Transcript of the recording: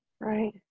right